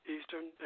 Eastern